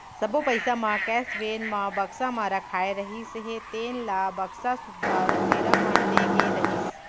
सब्बो पइसा म कैस वेन म बक्सा म रखाए रहिस हे तेन ल बक्सा सुद्धा लुटेरा मन ले गे रहिस